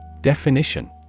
Definition